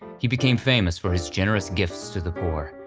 he became famous for his generous gifts to the poor,